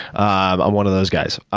i'm one of those guys.